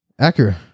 Acura